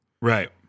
Right